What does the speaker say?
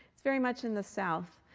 it's very much in the south.